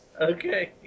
Okay